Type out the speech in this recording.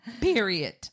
Period